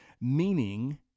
meaning